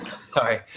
sorry